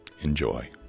Enjoy